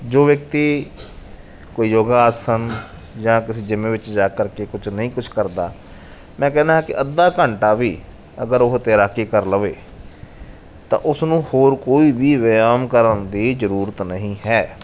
ਜੋ ਵਿਅਕਤੀ ਕੋਈ ਯੋਗਾ ਆਸਣ ਜਾਂ ਕਿਸੇ ਜ਼ਿੰਮ ਵਿੱਚ ਜਾ ਕਰਕੇ ਕੁਝ ਨਹੀਂ ਕੁਝ ਕਰਦਾ ਮੈਂ ਕਹਿੰਦਾ ਹਾਂ ਕਿ ਅੱਧਾ ਘੰਟਾ ਵੀ ਅਗਰ ਉਹ ਤੈਰਾਕੀ ਕਰ ਲਵੇ ਤਾਂ ਉਸਨੂੰ ਹੋਰ ਕੋਈ ਵੀ ਵਿਆਮ ਕਰਨ ਦੀ ਜ਼ਰੂਰਤ ਨਹੀਂ ਹੈ